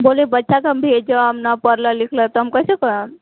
बोले बच्चा सभ भेजब नहि पढ़लक नहि लिखलक तऽ हम कैसे पढ़म